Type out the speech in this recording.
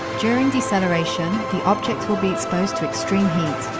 during deceleration, the object will be exposed to extreme heat.